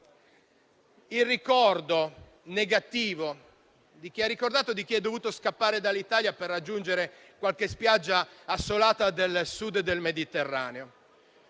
ha ricordato chi è dovuto scappare dall'Italia per raggiungere qualche spiaggia assolata del Sud del Mediterraneo.